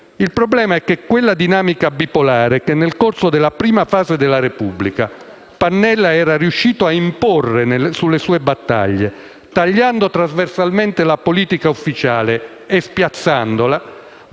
Il problema è che quella dinamica bipolare che nel corso della prima fase della Repubblica Pannella era riuscito a imporre sulle sue battaglie, tagliando trasversalmente la politica ufficiale e spiazzandola,